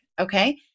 okay